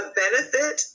benefit